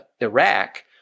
Iraq